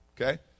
okay